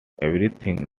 everything